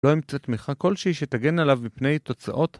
לא ימצא תמיכה כלשהי, שתגן עליו בפני תוצאות